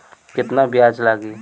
केतना ब्याज लागी?